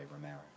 Romero